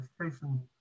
education